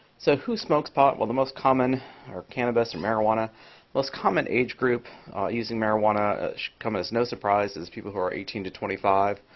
so who smokes pot? well, the most common or cannabis or marijuana the most common age group using marijuana ah should come as no surprise is people who are eighteen to twenty five.